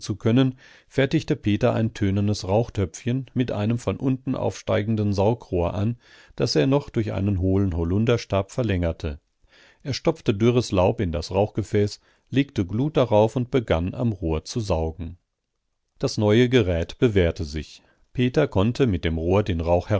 können fertigte peter ein tönernes rauchtöpfchen mit einem von unten aufsteigenden saugrohr an das er noch durch einen hohlen holunderstab verlängerte er stopfte dürres laub in das rauchgefäß legte glut auf und begann am rohr zu saugen das neue gerät bewährte sich peter konnte mit dem rohr den